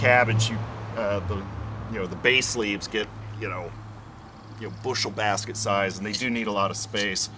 cabbage but you know the base leaves get you know your bushel basket size and they do need a lot of space